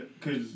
cause